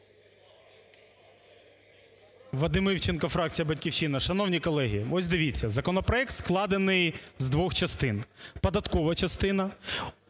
Вадим Івченко, фракція "Батьківщина". Шановні колеги, ось дивіться, законопроект складений з двох частин: податкова частина,